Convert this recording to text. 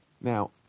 Now